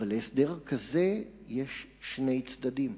אבל להסדר כזה יש שני צדדים,